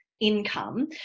income